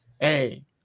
Hey